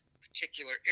particular